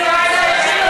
שאלתי אם היית מציעה את זה,